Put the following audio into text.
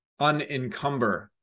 unencumber